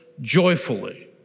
joyfully